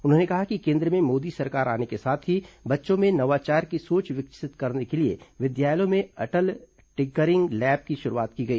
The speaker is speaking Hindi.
उन्होंने कहा कि केन्द्र में मोदी सरकार आने के साथ ही बच्चों में नवाचार की सोच विकसित करने के लिए विद्यालयों में अटल टिंकरिंग लैब की शुरूआत की गई